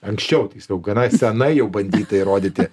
anksčiau tiksliau gana senai jau bandyta įrodyti